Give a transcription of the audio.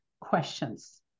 questions